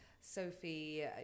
Sophie